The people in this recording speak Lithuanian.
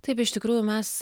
taip iš tikrųjų mes